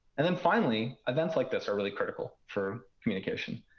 and then finally, events like this are really critical for communication.